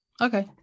Okay